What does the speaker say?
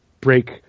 break